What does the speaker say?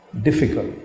difficult